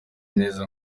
neza